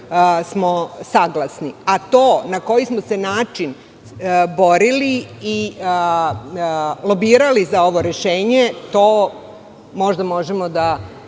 smo saglasni, a to na koji smo se način borili i lobirali za ovo rešenje, možda možemo da